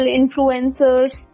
influencers